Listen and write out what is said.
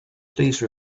please